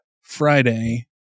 Friday